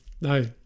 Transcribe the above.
No